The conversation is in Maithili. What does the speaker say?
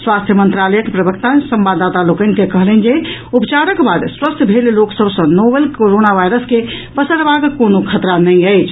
स्वास्थ्य मंत्रलायक प्रवक्ता संवाददाता लोकनि के कहलनि जे उपचारक बाद स्वस्थ भेल लोक सभ सँ नोवेल कोरोना वायरस के पसरबाक कोनो खतरा नहि अछि